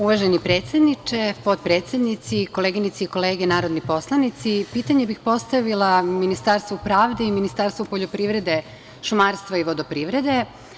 Uvaženi predsedniče, potpredsednici, koleginice i kolege narodni poslanici, pitanje bih postavila Ministarstvu pravde i Ministarstvu poljoprivrede, šumarstva i vodoprivrede.